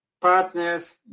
partners